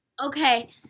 Okay